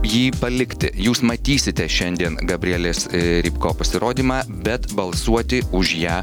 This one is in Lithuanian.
jį palikti jūs matysite šiandien gabrielės rybko pasirodymą bet balsuoti už ją